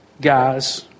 guys